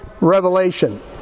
revelation